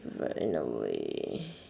but in a way